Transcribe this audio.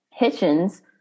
hitchens